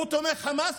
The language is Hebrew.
הוא תומך חמאס,